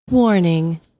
Warning